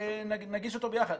נגיש אותו ביחד.